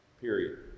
period